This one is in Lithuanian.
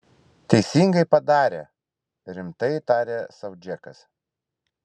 teisingai padarė rimtai tarė sau džekas